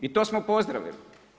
I to smo pozdravili.